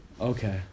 Okay